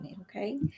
Okay